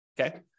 okay